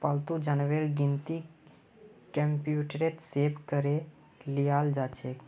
पालतू जानवरेर गिनती कंप्यूटरत सेभ करे लियाल जाछेक